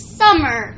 summer